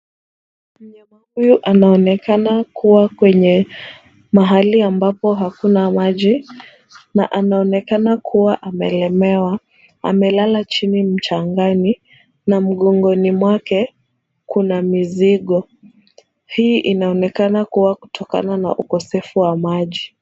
Mnyama huyu anaonekana kuwa kwenye mahali ambapo hakuna maji na anaonekana kuwa amelemewa. Amelala chini mchangani na mgongoni mwake kuna mizigo. Hii inaonekana kuwa kutokana na ukosefu wa maji.